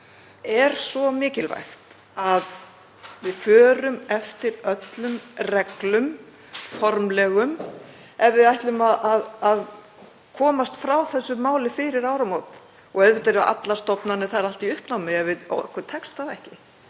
er svo mikilvægt að við förum eftir öllum reglum, formlegum, ef við ætlum að komast frá þessu máli fyrir áramót. Auðvitað eru allar stofnanir — það verður allt í uppnámi ef okkur tekst það ekki.